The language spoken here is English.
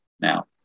now